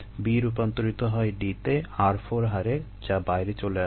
B রূপান্তরিত হয় D তে r4 হারে যা বাইরে চলে আসে